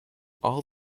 all